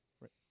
Right